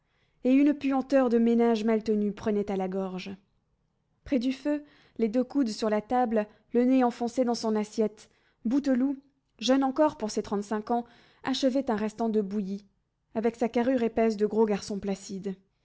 et une puanteur de ménage mal tenu prenait à la gorge près du feu les deux coudes sur la table le nez enfoncé dans son assiette bouteloup jeune encore pour ses trente-cinq ans achevait un restant de bouilli avec sa carrure épaisse de gros garçon placide